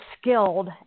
skilled